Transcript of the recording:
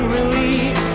relief